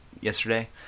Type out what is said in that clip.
yesterday